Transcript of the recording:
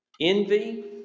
Envy